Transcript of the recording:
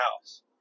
house